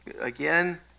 Again